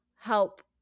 help